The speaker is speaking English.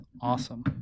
Awesome